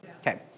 Okay